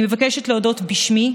אני מבקשת להודות בשמי,